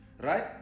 Right